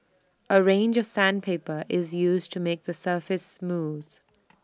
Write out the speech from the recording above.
A range of sandpaper is used to make the surface smooth